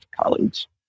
college